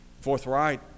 forthright